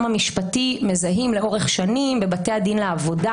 המשפטי מזהים לאורך שנים בבתי הדין לעבודה,